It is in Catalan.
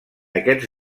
aquests